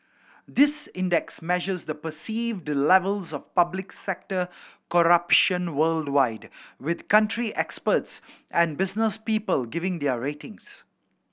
this index measures the perceived levels of public sector corruption worldwide with country experts and business people giving their ratings